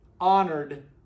honored